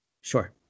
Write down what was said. sure